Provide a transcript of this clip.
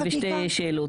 על ההידברות.